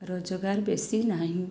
ରୋଜଗାର ବେଶୀ ନାହିଁ